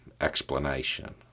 explanation